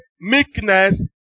meekness